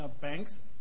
banks